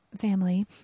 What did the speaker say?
family